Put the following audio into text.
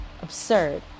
Absurd